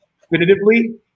definitively